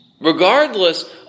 Regardless